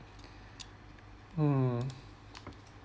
um